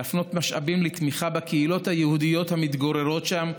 להפנות משאבים לתמיכה בקהילות היהודיות המתגוררות שם,